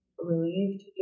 relieved